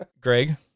Greg